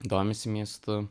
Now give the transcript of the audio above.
domisi miestu